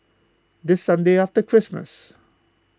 the sunday after Christmas